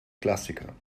klassiker